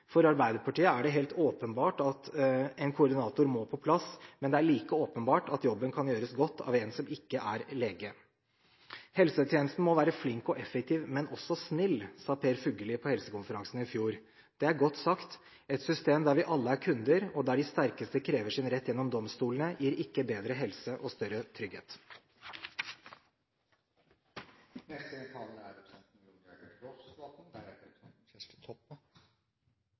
For Arbeiderpartiet er det helt åpenbart at en koordinator må på plass, men det er like åpenbart at jobben kan gjøres godt av en som ikke er lege. Helsetjenesten må være flink og effektiv, men også snill, sa Per Fugelli på Helsekonferansen i fjor. Det er godt sagt. Et system der vi alle er kunder, og der de sterkeste krever sin rett gjennom domstolene, gir ikke bedre helse og større